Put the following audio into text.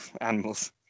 animals